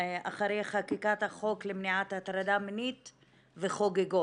אחרי חקיקת החוק למניעת הטרדה מינית וחוגגות.